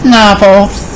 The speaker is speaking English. novels